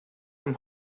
hem